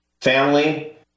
family